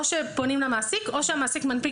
או שפונים למעסיק או שהמעסיק מנפיק